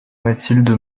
mathilde